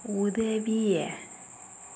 உதவி